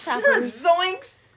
Zoinks